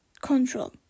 control